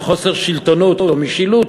מחוסר שלטונוּת או משילות